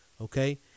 okay